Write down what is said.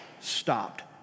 stopped